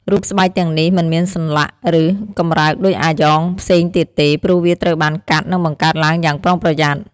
រូបស្បែកទាំងនេះ មិនមានសន្លាក់ ឬកម្រើកដូចអាយ៉ងផ្សេងទៀតទេ ព្រោះវាត្រូវបានកាត់ និងបង្កើតឡើងយ៉ាងប្រុងប្រយ័ត្ន។